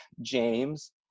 James